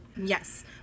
Yes